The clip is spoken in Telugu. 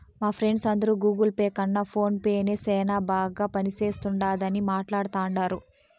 మా ఫ్రెండ్స్ అందరు గూగుల్ పే కన్న ఫోన్ పే నే సేనా బాగా పనిచేస్తుండాదని మాట్లాడతాండారు